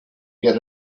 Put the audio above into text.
get